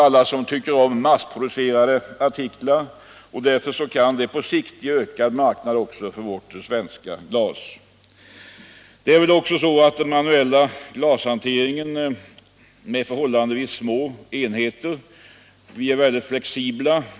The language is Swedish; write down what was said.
Alla tycker inte om massproducerade artiklar, och därför kan denna utveckling på sikt ge en ökad marknad också för vårt svenska kvalitetsglas. Den manuella glashanteringen har förhållandevis små enheter. Det gör att vi är mycket flexibla.